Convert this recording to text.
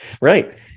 Right